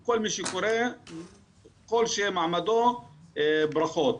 כל מי שקורא כל שמעמדו, ברכות.